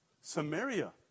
Samaria